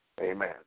Amen